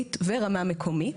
מחוזית ורמה מקומית.